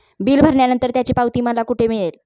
Bill भरल्यानंतर त्याची पावती मला कुठे मिळेल?